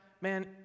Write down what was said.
man